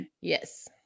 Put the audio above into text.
Yes